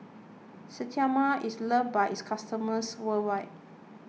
Sterimar is loved by its customers worldwide